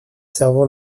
servant